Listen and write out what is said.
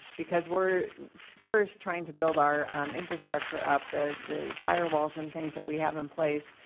because we're first trying to build our infrastructure up. the the firewalls and things that we have in place.